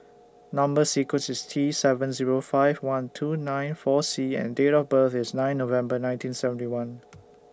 Number sequence IS T seven Zero five one two nine four C and Date of birth IS nine November nineteen seventy one